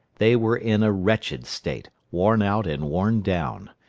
they were in a wretched state, worn out and worn down.